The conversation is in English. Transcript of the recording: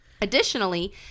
Additionally